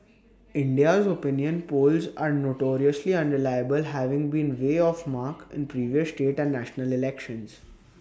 India's opinion polls are notoriously unreliable having been way off mark in previous state and national elections